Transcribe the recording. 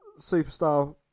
Superstar